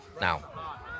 Now